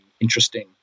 interesting